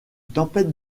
tempête